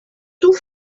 too